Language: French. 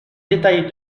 détaillée